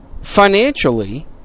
financially